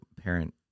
parent